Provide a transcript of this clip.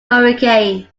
hurricane